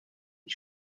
die